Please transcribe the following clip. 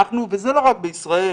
וזה לא רק בישראל,